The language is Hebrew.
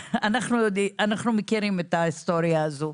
אנחנו מכירים את ההיסטוריה הזאת.